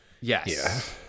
Yes